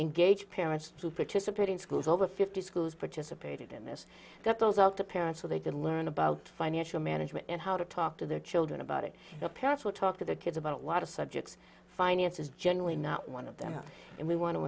engaged parents to participate in schools over fifty schools participated in this that goes out to parents so they can learn about financial management and how to talk to their children about it the parents will talk to their kids about a lot of subjects finance is generally not one of them and we want to